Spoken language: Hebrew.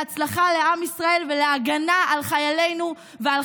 להצלחה לעם ישראל ולהגנה על חיילינו ועל